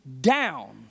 down